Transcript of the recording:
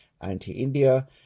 anti-India